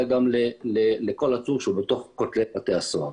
גם לכל עצור שהוא בתוך כותלי בתי הסוהר.